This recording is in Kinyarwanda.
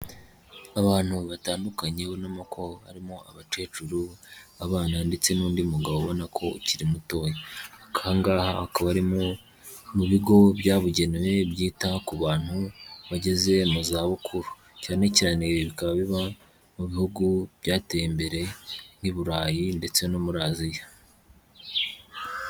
Abantu batandukanye ubonamo ko harimo abakecuru abana ndetse n'undi mugabo ubona ko ukiri mutoya, ariko aha ngaha hakaba ari mu bigo byabugenewe byita ku bantu bageze mu za bukuru, cyane cyane bikaba biba mu bihugu byateye imbere nk'iburayi ndetse no muri Aziya.